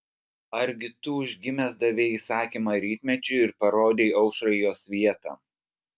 argi tu užgimęs davei įsakymą rytmečiui ir parodei aušrai jos vietą